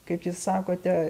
kaip jūs sakote